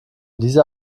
dieser